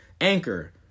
Anchor